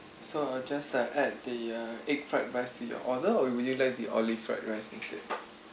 so I'll just add the egg fried rice to your order or would you like the olive fried rice instead